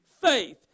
faith